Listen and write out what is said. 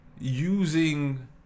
using